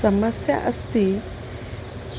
समस्या अस्ति